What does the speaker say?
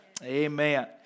Amen